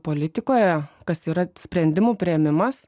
politikoje kas yra sprendimų priėmimas